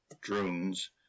drones